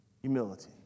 humility